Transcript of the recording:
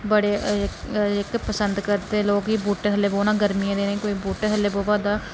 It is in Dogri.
बड़े जेहके पसंद करदे ना लोक बूहटें थल्लै बौह्ना गर्मियें च गर्मियें दे दिने च कोई बूहटे थलै बावरदा